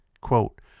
Quote